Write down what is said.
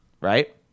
Right